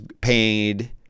paid